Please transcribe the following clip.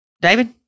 David